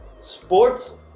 sports